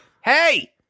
hey